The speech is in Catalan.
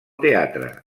teatre